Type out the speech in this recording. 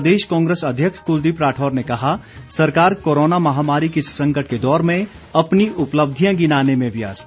प्रदेश कांग्रेस अध्यक्ष कलदीप राठौर ने कहा सरकार कोरोना महामारी के इस संकट के दौर में अपनी उपलब्धियां गिनाने में व्यस्त